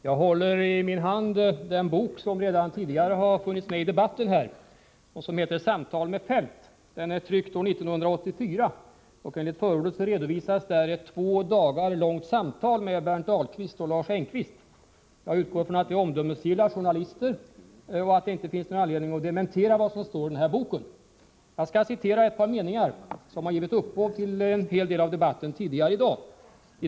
Fru talman! Jag håller i min hand den bok som redan tidigare har berörts här i debatten och som heter Samtal med Feldt. Den är tryckt år 1984, och enligt förordet redovisas där ett två dagar långt samtal med Berndt Ahlqvist och Lars Engqvist. Jag utgår från att det är omdömesgilla journalister och att det inte finns någon anledning att dementera vad som står i den här boken. Jag skall citera ett par meningar som har givit upphov till en hel del av debatten tidigare i dag.